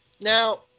now